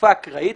חשיפה אקראית,